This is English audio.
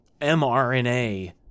MRNA